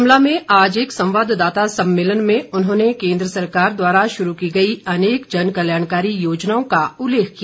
शिमला में आज एक संवाददाता सम्मेलन में उन्होंने केंद्र सरकार द्वारा शुरू की गई अनेक जन कल्याणकारी योजनाओं का उल्लेख किया